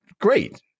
great